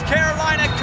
Carolina